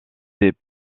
des